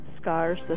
scars